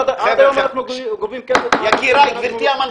עד היום אנחנו גובים כסף ישירות מהנוסעים.